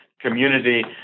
community